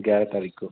ग्यारह तारीख को